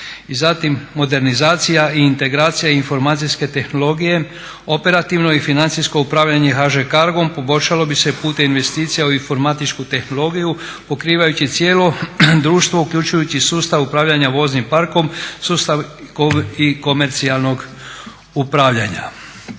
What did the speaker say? I zatim modernizacija i integracija informacijske tehnologije, operativno i financijsko upravljanje HŽ Cargom poboljšalo bi se putem investicija u informatičku tehnologiju pokrivajući cijelo društvo uključujući i sustav upravljanja voznim parkom, sustav i komercijalnog upravljanja.